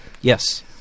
Yes